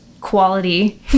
quality